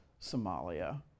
Somalia